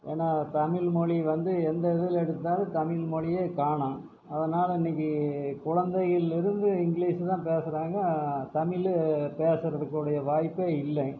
ஏன்னா தமிழ் மொழி வந்து எந்த இதில் எடுத்தாலும் தமிழ் மொழியே காணும் அதனால் இன்னைக்கு குழந்தையிலிருந்து இங்கிலீஷ் தான் பேசுறாங்க தமிழை பேசுறதுக்கூடிய வாய்ப்பே இல்லை